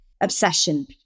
obsession